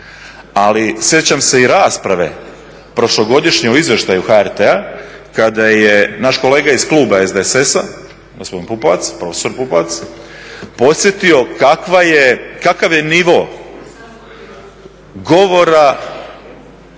Ali sjećam se rasprave prošlogodišnje o izvještaju HRT-a kada je naš kolega iz kluba SDSS-a gospodin profesor Pupovac podsjetio kakav je nivo govora